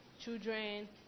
children